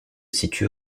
situe